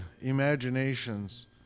imaginations